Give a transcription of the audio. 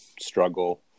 struggle